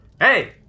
hey